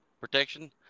protection